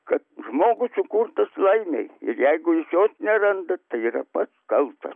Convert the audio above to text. kad žmogus sukurtas laimei ir jeigu jis jos neranda tai yra pats kaltas